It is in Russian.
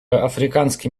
африканский